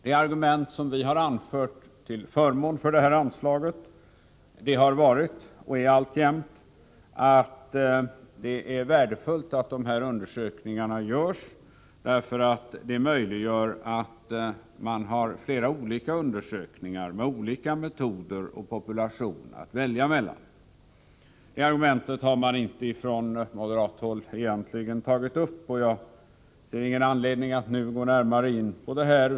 Det argument som vi har anfört till förmån för detta anslag har varit, och är alltjämt, att det är värdefullt att dessa undersökningar görs, för detta möjliggör att man har flera olika undersökningar med olika metoder och population att välja mellan. Det här momentet har man från moderat håll egentligen inte tagit upp. Jag ser ingen anledning att nu gå närmare in på detta.